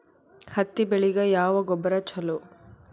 ಹತ್ತಿ ಬೆಳಿಗ ಯಾವ ಗೊಬ್ಬರ ಛಲೋ?